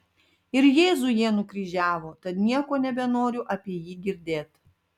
ir jėzų jie nukryžiavo tad nieko nebenoriu apie jį girdėt